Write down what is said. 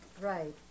Right